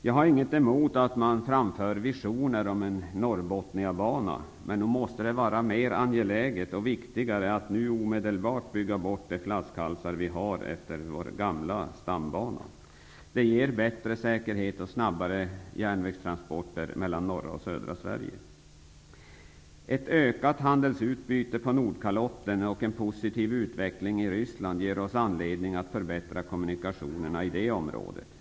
Jag har ingenting emot att det framförs visioner om en Norrbottniabana, men nog måste det vara mer angeläget att nu omedelbart bygga bort de flaskhalsar vi har efter vår gamla stambana. Det ger bättre säkerhet och snabbare järnvägstransporter mellan norra och södra Sverige. Ett ökat handelsutbyte på Nordkalotten och en positiv utveckling i Ryssland ger oss anledning att förbättra kommunikationerna i det området.